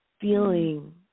feeling